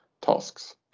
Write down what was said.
tasks